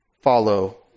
follow